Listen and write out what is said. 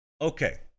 Okay